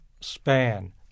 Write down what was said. span